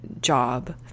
job